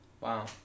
Wow